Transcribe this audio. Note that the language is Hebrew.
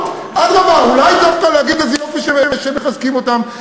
אדרבה, אולי דווקא להגיד: איזה יופי שמחזקים אותם?